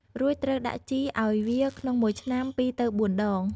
រួចត្រូវដាក់ជីឱ្យវាក្នុងមួយឆ្នាំ ២ ទៅ ៤ ដង។